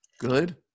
good